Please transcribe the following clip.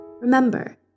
Remember